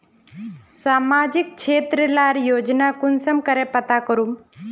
सामाजिक क्षेत्र लार योजना कुंसम करे पता करूम?